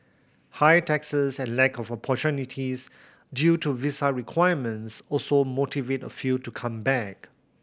high taxes and lack of opportunities due to visa requirements also motivate a few to come back